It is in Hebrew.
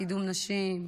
קידום נשים,